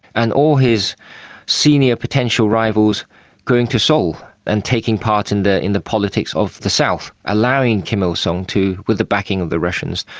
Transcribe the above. and all his senior potential rivals going to seoul and taking part in the in the politics of the south, allowing kim il-sung, with the backing of the russians,